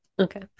Okay